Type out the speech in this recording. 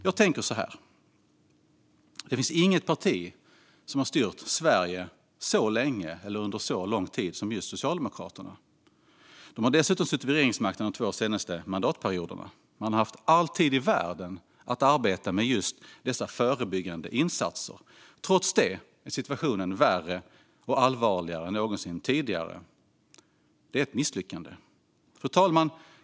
Jag tänker så här: Det finns inget parti som har styrt Sverige under så lång tid som just Socialdemokraterna. De har dessutom suttit vid regeringsmakten de två senaste mandatperioderna. De har haft all tid i världen att arbeta med just dessa förebyggande insatser. Trots det är situationen värre och allvarligare än någonsin tidigare. Det är ett misslyckande. Fru talman!